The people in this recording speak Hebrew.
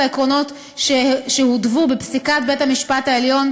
העקרונות שהותוו בפסיקת בית-המשפט העליון,